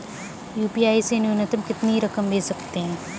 UPI से न्यूनतम कितनी रकम भेज सकते हैं?